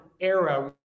era